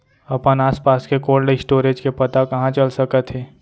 अपन आसपास के कोल्ड स्टोरेज के पता कहाँ चल सकत हे?